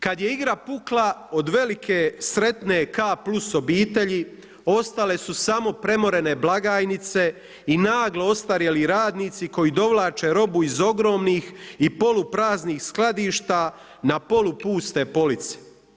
Kad je igra pukla, od velike sretne K plus obitelji ostale su samo premorene blagajnice i naglo ostarjeli radnici koji dovlače robu iz ogromnih i polupraznih skladišta na polu puste police.